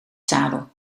zadel